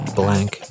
blank